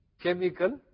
chemical